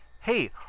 hey